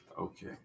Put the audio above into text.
okay